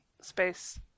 space